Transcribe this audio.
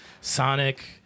Sonic